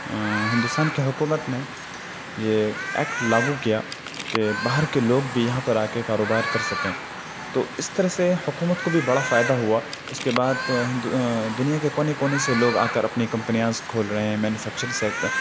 ہندوستان کی حکومت نے یہ ایکٹ لاگو کیا کہ باہر کے لوگ بھی یہاں پر آ کے کاروبار کر سکیں تو اس طرح سے حکومت کو بھی بڑا فائدہ ہوا اس کے بعد ہندو دنیا کے کونے کونے سے لوگ آ کر اپنی کمپنیاز کھول رہے ہیں مینوفیکچر سیکٹ